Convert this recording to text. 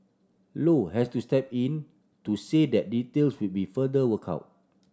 low has to step in to say that details would be further worked out